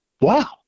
wow